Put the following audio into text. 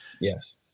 yes